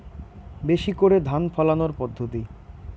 বেশি করে ধান ফলানোর পদ্ধতি?